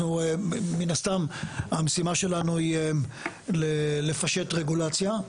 מן הסתם המשימה שלנו היא לפשט רגולציה.